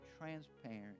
transparent